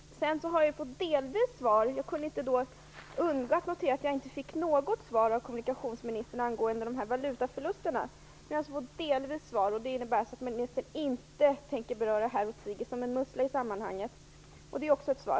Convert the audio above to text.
Jag kunde inte undgå att notera att jag inte fick något svar av kommunikationsministern angående valutaförlusterna. Jag har ändå delvis fått svar. Det innebär att kommunikationsministern inte tänker beröra dem - hon tiger som en mussla i det sammanhanget. Det är också ett svar.